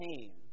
pain